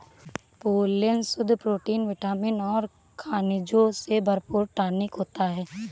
pollen शुद्ध protein vitamin और खनिजों से भरपूर टॉनिक होता है